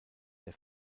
der